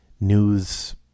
news